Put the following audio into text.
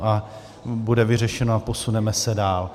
A bude vyřešeno a posuneme se dál.